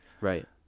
Right